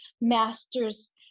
master's